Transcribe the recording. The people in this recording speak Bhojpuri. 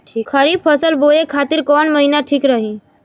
खरिफ फसल बोए खातिर कवन महीना ठीक रही?